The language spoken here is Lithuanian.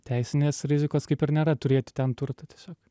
teisinės rizikos kaip ir nėra turėti ten turtą tiesiog